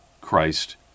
Christ